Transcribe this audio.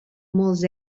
molts